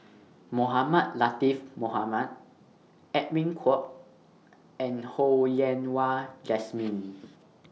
Mohamed Latiff Mohamed Edwin Koek and Ho Yen Wah Jesmine